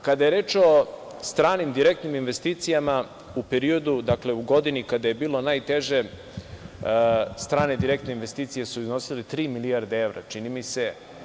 Kada je reč o stranim direktnim investicijama u godini kada je bilo najteže, strane direktne investicije su iznosile tri milijarde evra, čini mi se.